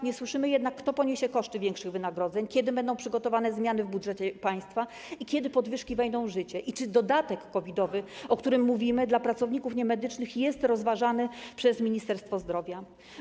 Nie słyszymy jednak, kto poniesie koszty większych wynagrodzeń, kiedy będą przygotowane zmiany w budżecie państwa, kiedy podwyżki wejdą w życie i czy dodatek COVID-owy, o którym mówimy, dla pracowników niemedycznych jest rozważany przez Ministerstwo Zdrowia.